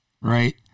Right